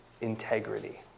integrity